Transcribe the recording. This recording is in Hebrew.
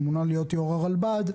שמונה להיות יושב-ראש הרלב"ד,